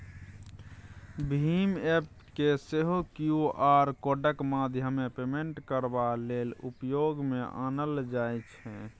भीम app केँ सेहो Q R कोडक माध्यमेँ पेमेन्ट करबा लेल उपयोग मे आनल जाइ छै